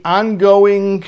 ongoing